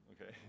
okay